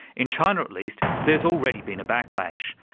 in china at least there's already been a backlash,